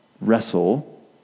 wrestle